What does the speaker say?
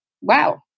wow